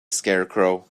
scarecrow